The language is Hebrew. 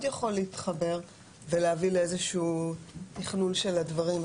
מאוד יכול להתחבר ולהביא לאיזשהו תכנון של הדברים.